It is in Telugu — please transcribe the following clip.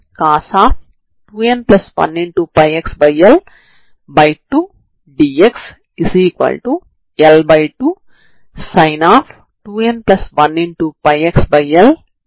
కాబట్టి రెండు వైపులా మీరు పాజిటివ్ ని పొందుతారు